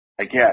again